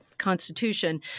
constitution